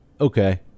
okay